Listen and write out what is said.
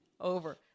over